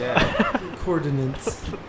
Coordinates